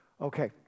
Okay